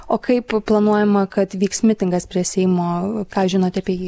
o kaip planuojama kad vyks mitingas prie seimo ką žinote apie jį